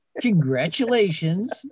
Congratulations